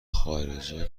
خارجی